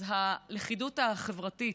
אז הלכידות החברתית,